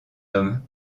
homme